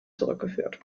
zurückgeführt